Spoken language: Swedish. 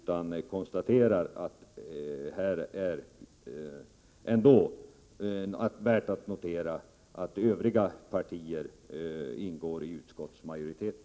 Jag konstaterar bara att det är värt att notera att övriga partier här ingår i utskottsmajoriteten.